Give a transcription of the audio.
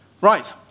Right